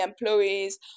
employees